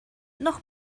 noch